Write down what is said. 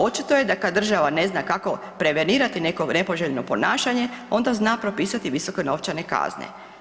Očito je da kad država ne zna kako prevenirati neko nepoželjno ponašanje onda zna propisati visoke novčane kazne.